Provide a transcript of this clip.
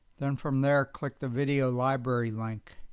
then from there, click the video library link.